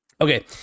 okay